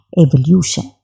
evolution